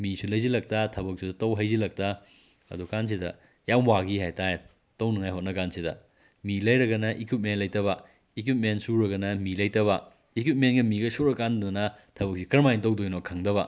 ꯃꯤꯁꯨ ꯂꯩꯁꯤꯜꯂꯛꯇ ꯊꯕꯛꯁꯨ ꯇꯧ ꯍꯩꯖꯤꯜꯂꯛꯇ ꯑꯗꯨ ꯀꯥꯟꯁꯤꯗ ꯌꯥꯝ ꯋꯥꯈꯤ ꯍꯥꯏꯇꯥꯔꯦ ꯇꯧꯅꯉꯥꯏ ꯍꯣꯠꯅ ꯀꯥꯟꯁꯤꯗ ꯃꯤ ꯂꯩꯔꯒꯅ ꯏꯀ꯭ꯋꯤꯞꯃꯦꯟ ꯂꯩꯇꯕ ꯏꯀ꯭ꯋꯤꯞꯃꯦꯟ ꯁꯨꯔꯒꯅ ꯃꯤ ꯂꯩꯇꯕ ꯏꯀ꯭ꯋꯤꯞꯃꯦꯟꯒ ꯃꯤꯒꯥ ꯁꯨꯔ ꯀꯥꯟꯗꯅ ꯊꯕꯛꯁꯤ ꯀꯔꯝ ꯍꯥꯏꯅ ꯇꯧꯗꯣꯏꯅꯣ ꯈꯪꯗꯕ